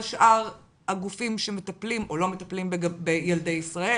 שאר הגופים שמטפלים או לא מטפלים בילדי ישראל.